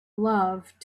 love